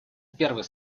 первой